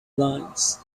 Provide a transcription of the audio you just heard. limes